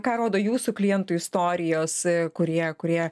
ką rodo jūsų klientų istorijos kurie kurie